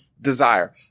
desire